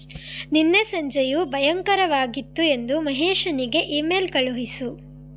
ನಿನ್ನೆ ಸಂಜೆಯು ಭಯಂಕರವಾಗಿತ್ತು ಎಂದು ಮಹೇಶನಿಗೆ ಇಮೇಲ್ ಕಳುಹಿಸು